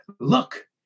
look